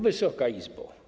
Wysoka Izbo!